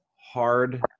hard